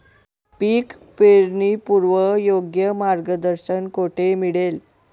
पीक पेरणीपूर्व योग्य मार्गदर्शन कुठे मिळेल?